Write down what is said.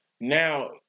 now